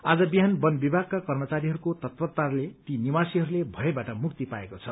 आज बिहान वनविभागका कर्मचारीहरूको तत्परताले ती निवासीहरूले भयबाट मुक्ति पाएको छ